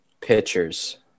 pitchers